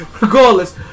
regardless